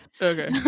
Okay